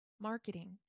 Marketing